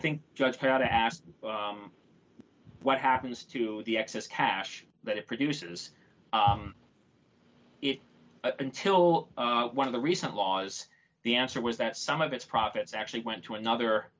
think just had to ask what happens to the excess cash that it produces it until one of the recent laws the answer was that some of its profits actually went to another